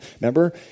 remember